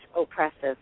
oppressive